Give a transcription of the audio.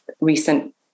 recent